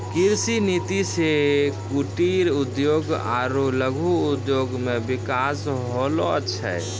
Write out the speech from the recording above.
कृषि नीति से कुटिर उद्योग आरु लघु उद्योग मे बिकास होलो छै